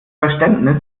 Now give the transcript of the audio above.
verständnis